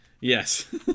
Yes